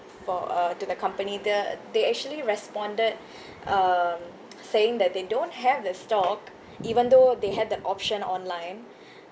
for uh to the company the they actually responded um saying that they don't have the stock even though they had the option online